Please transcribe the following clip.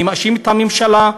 אני מאשים את הממשלה,